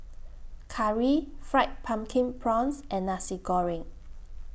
Curry Fried Pumpkin Prawns and Nasi Goreng